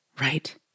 Right